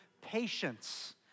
patience